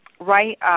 right